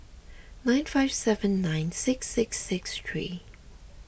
nine five seven nine six six six three